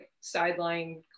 sideline